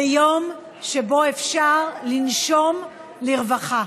זה יום שבו אפשר לנשום לרווחה.